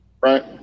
right